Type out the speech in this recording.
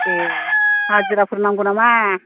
ए हाजिराफोर नांगौ नामा